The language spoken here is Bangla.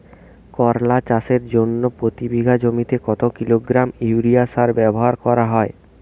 করলা চাষের জন্য প্রতি বিঘা জমিতে কত কিলোগ্রাম ইউরিয়া সার ব্যবহার করা হয়?